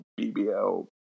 BBL